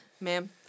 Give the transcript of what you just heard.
Ma'am